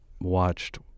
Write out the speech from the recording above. watched